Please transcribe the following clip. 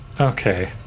Okay